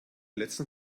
letzten